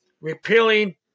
repealing